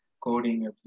coding